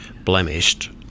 blemished